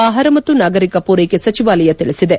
ಆಹಾರ ಮತ್ತು ನಾಗರಿಕ ಪೂರೈಕೆ ಸಚಿವಾಲಯ ತಿಳಿಸಿದೆ